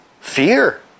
Fear